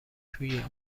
توی